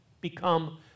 become